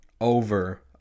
over